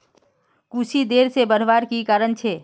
कुशी देर से बढ़वार की कारण छे?